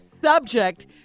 subject